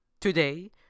today